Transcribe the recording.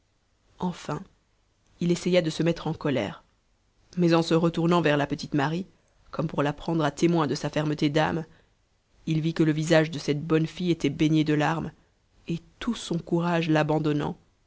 enfin il essaya de se mettre en colère mais en se retournant vers la petite marie comme pour la prendre à témoin de sa fermeté d'âme il vit que le visage de cette bonne fille était baigné de larmes et tout son courage l'abandonnant